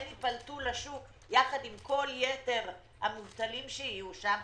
הם יפלטו לשוק יחד עם כל יתר המובטלים שיהיו שם,